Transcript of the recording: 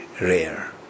rare